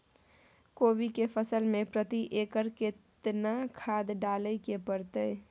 कोबी के फसल मे प्रति एकर केतना खाद डालय के परतय?